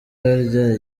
harya